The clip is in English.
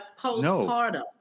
postpartum